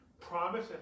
promise